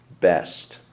best